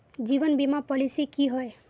जीवन बीमा पॉलिसी की होय?